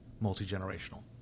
multi-generational